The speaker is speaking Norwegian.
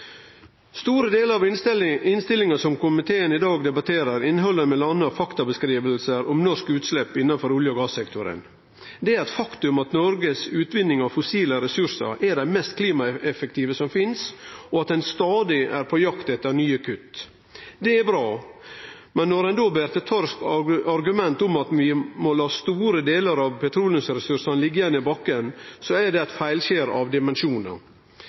Store delar av innstillinga som komiteen i dag debatterer, inneheld m.a. faktabeskrivingar om norske utslepp innanfor olje- og gassektoren. Det er eit faktum at Noregs utvinning av fossile ressursar er den mest klimaeffektive som finst, og at ein stadig er på jakt etter nye kutt. Det er bra, men når ein då ber til torgs argument om at vi må late store delar av petroleumsressursane liggje igjen i bakken, er det eit feilskjer av dimensjonar.